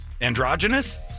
Androgynous